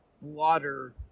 water